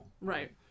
Right